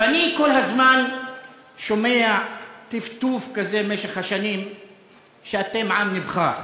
ואני כל הזמן שומע טפטוף כזה במשך השנים שאתם עם נבחר.